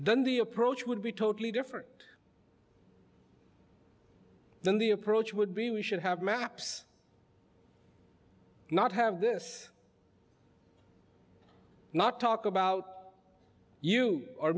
the approach would be totally different then the approach would be we should have maps not have this not talk about you or